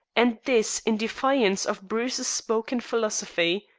and this in defiance of bruce's spoken philosophy?